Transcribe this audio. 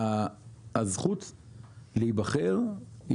שהזכות להיבחר,